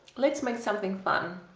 let's make something fun